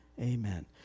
amen